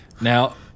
now